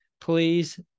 please